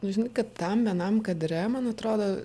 nu žinai kad tam vienam kadre man atrodo